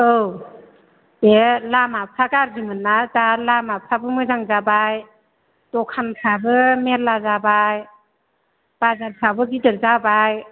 औ बे लामाफोरा गाज्रिमोन ना दा लामाफ्राबो मोजां जाबाय दखानफ्राबो मेल्ला जाबाय बाजारफ्राबो गिदिर जाबाय